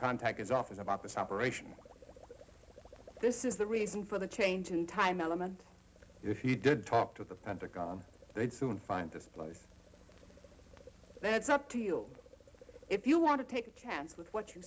contact his office about this operation this is the reason for the change in time element if he did talk to the pentagon they'd soon find this place that's up to you if you want to take a chance with what you